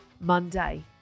Monday